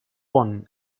one